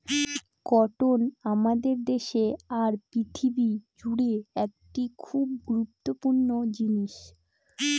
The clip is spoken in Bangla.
কটন আমাদের দেশে আর পৃথিবী জুড়ে একটি খুব গুরুত্বপূর্ণ জিনিস